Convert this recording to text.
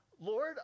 Lord